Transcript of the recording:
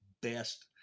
best